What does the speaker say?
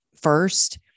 first